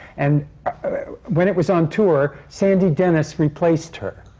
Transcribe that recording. and when it was on tour, sandy dennis replaced her.